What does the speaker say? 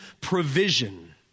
provision